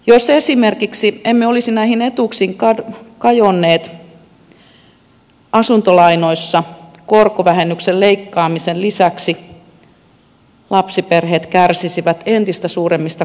jos esimerkiksi emme olisi näihin etuuksiin kajonneet asuntolainoissa korkovähennyksen leikkaamisen lisäksi lapsiperheet kärsisivät entistä suuremmista kuluista